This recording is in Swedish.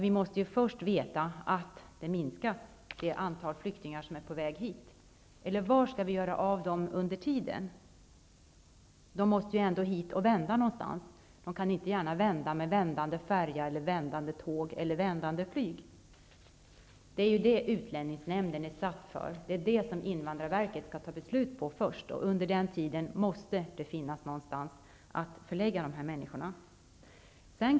Vi måste ju först veta att antalet flyktingar som är på väg hit blir mindre, för var skall vi annars placera flyktingarna under den tid de är här? De måste ju ändå hit för att vända. De kan inte gärna återvända med vändande färja, tåg eller flyg. Det är sådant som utlänningsnämnden är till för och det är sådant som invandrarverket först skall besluta om. Under tiden måste de här människorna få en förläggninsplats någonstans.